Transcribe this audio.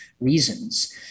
reasons